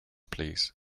please